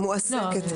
היא מעוסקת.